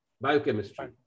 biochemistry